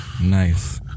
Nice